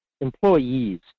employees